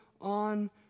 on